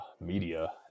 media